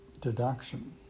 deduction